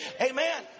Amen